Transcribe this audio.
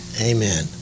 Amen